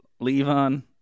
Levon